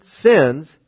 sins